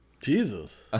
Jesus